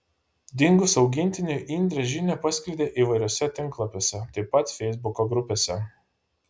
dingus augintiniui indrė žinią paskleidė įvairiuose tinklapiuose taip pat feisbuko grupėse